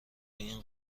این